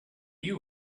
you